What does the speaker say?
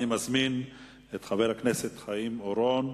אני מזמין את חבר הכנסת חיים אורון,